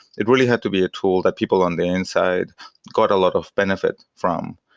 it really had to be a tool that people on the inside got a lot of benefit from.